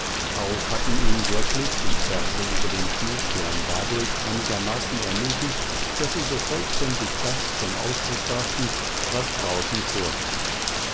auch hatten ihn wirklich die verse über den schneesturm dadurch einigermaßen ermutigt daß sie so vollständig das zum ausdruck brachten was draußen vorging